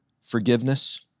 forgiveness